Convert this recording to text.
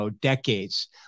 decades